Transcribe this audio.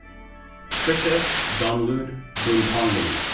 trisha donlud boonpongmanee,